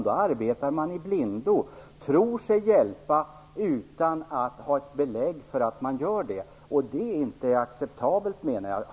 Då arbetar man i blindo, tror sig hjälpa utan att ha belägg för att man gör det. Det är inte acceptabelt, menar jag.